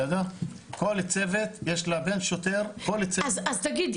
כל צוות יש שוטר --- אז תגיד,